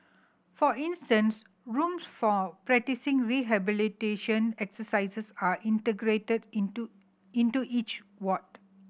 for instance rooms for practising rehabilitation exercises are integrated into into each ward